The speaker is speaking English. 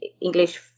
English